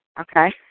Okay